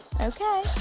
Okay